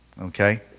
okay